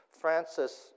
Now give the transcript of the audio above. Francis